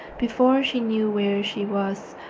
before she knew where she was,